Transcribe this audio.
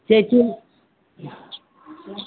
चैती